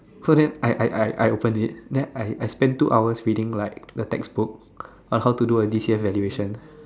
so then I I I I open it and I I spend two hours reading like the textbook on how to do a D_C_F valuation